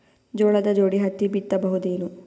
ಜೋಳದ ಜೋಡಿ ಹತ್ತಿ ಬಿತ್ತ ಬಹುದೇನು?